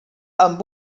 amb